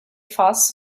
fast